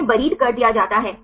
उन्हें बरीद कर दिया जाता है